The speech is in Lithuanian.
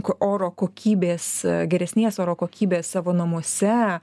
oro kokybės geresnės oro kokybės savo namuose